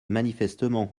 manifestement